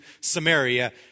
Samaria